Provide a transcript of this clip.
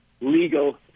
legal